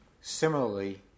Similarly